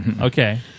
okay